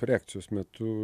reakcijos metu